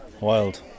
Wild